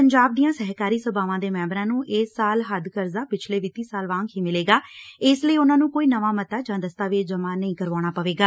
ਪੰਜਾਬ ਦੀਆਂ ਸਹਿਕਾਰੀ ਸਭਾਵਾਂ ਦੇ ਮੈਂਬਰਾਂ ਨੂੰ ਇਸ ਸਾਲ ਹੱਦ ਕਰਜ਼ਾ ਪਿਛਲੇ ਵਿੱਤੀ ਸਾਲ ਵਾਂਗ ਹੀ ਮਿਲੇਗਾ ਇਸ ਲਈ ਉਨੂਾ ਨੂੰ ਕੋਈ ਨਵਾ ਮਤਾ ਜਾ ਦਸਤਾਵੇਜ਼ ਜਮੂਾ ਨਹੀ ਕਰਵਾਉਣਾ ਪਵੇਗਾ